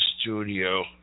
studio